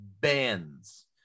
bands